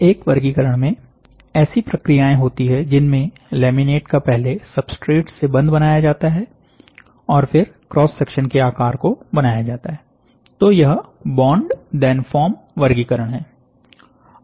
एक वर्गीकरण में ऐसी प्रक्रियाएं होती हैं जिनमें लैमिनेट का पहले सब्सट्रेट से बंध बनाया जाता है और फिर क्रॉस सेक्शन के आकार को बनाया जाता है तो यह बॉन्ड धेन फॉर्म वर्गीकरण है